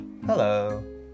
Hello